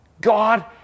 God